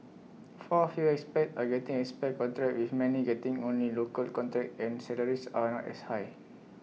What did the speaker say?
far fewer expats are getting expat contracts with many getting only local contacts and salaries are not as high